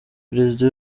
perezida